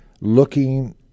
looking